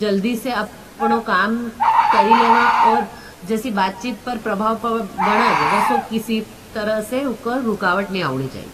जल्दी से अपनो काम करी लेवा। और जैसे बातचीत पर प्रभाव पर बनज, वसो किसी तरह से उको रुकावट नी आउनी चाहें।